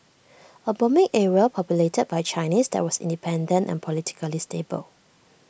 A booming area populated by Chinese that was independent and politically stable